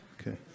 Okay